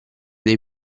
dei